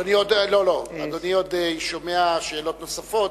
אדוני עוד שומע שאלות נוספות.